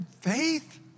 faith